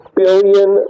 billion